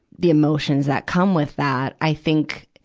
the emotions that come with that, i think,